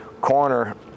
corner